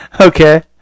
Okay